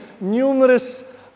numerous